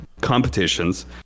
competitions